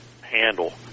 handle